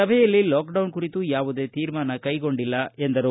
ಸಭೆಯಲ್ಲಿ ಲಾಕ್ಡೌನ್ ಕುರಿತು ಯಾವುದೇ ತೀರ್ಮಾನ ಕೈಗೊಂಡಿಲ್ಲ ಎಂದರು